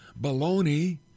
baloney